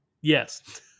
yes